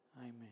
Amen